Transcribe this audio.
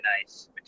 nice